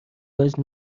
وجه